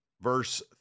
verse